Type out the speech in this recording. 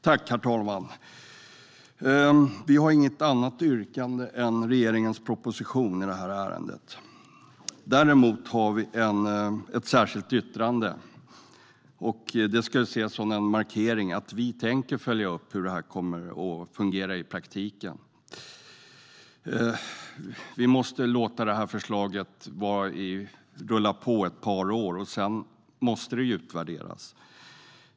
Herr talman! Vi yrkar inte bifall till något annat än regeringens proposition i det här ärendet. Däremot har vi ett särskilt yttrande. Det ska ses som en markering av att vi tänker följa upp hur det här kommer att fungera i praktiken. Vi måste låta förslaget rulla på ett par år. Sedan måste det utvärderas.